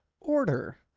order